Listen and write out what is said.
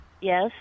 Yes